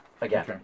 Again